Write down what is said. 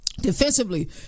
Defensively